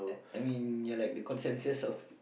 I mean ya like the consensus of